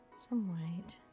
some white.